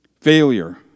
Failure